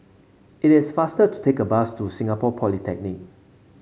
it is faster to take a bus to Singapore Polytechnic